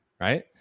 right